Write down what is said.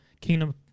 kingdom